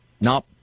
Nope